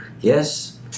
Yes